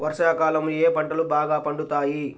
వర్షాకాలంలో ఏ పంటలు బాగా పండుతాయి?